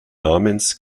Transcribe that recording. namens